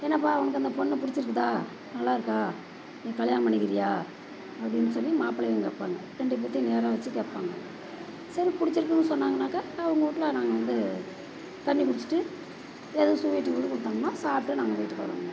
என்னப்பா உனக்கு அந்த பொண்ணு பிடிச்சிருக்குதா நல்லா இருக்கா நீ கல்யாணம் பண்ணிக்கிறீயா அப்படின்னு சொல்லி மாப்பிள்ளையும் கேட்பாங்க ரெண்டு பேர்த்தையும் நேராக வச்சு கேட்பாங்க சரி பிடிச்சிருக்குன்னு சொன்னாங்கன்னாக்கா அவங்க வீட்ல நாங்கள் வந்து தண்ணி குடிச்சுட்டு எதுவும் ஸ்வீட்டு கிவீட்டு கொடுத்தாங்கன்னா சாப்பிட்டு நாங்கள் வீட்டுக்கு வருவோம்க